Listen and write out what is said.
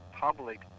public